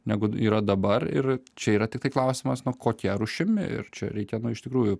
negu yra dabar ir čia yra tiktai klausimas nu kokia rūšimi ir čia reikia nu iš tikrųjų